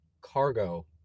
cargo